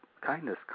kindness